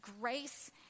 grace